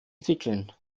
entwickeln